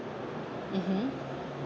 mmhmm